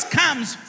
comes